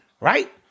right